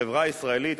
החברה הישראלית,